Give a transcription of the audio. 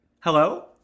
hello